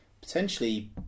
Potentially